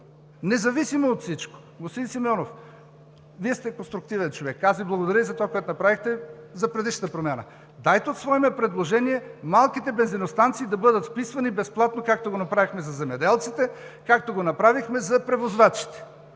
независимо от всичко… Господин Симеонов, Вие сте конструктивен човек. Благодаря Ви и за това, което направихме за предишната промяна. Дайте от свое име предложение малките бензиностанции да бъдат вписвани безплатно, както го направихме за земеделците, както го направихме за превозвачите.